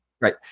Right